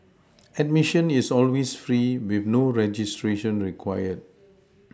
admission is always free with no registration required